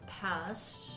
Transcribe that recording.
past